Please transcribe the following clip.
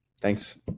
Thanks